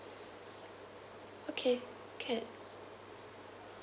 okay can